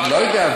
לא יודע.